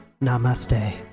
Namaste